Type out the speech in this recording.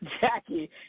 Jackie